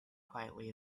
quietly